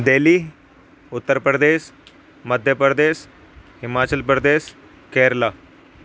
Delhi Uttar Pradesh Madhya Pradesh Himachal Pradesh Kerala